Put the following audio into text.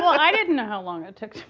um i didn't know how long it took